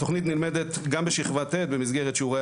התוכנית נלמדת גם בשכבה ט' במסגרת שיעורי